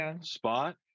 spot